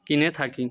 কিনে থাকি